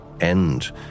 end